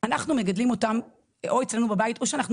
אנחנו מגדלים אותם או אצלנו בבית או שאנחנו